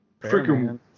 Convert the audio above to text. Freaking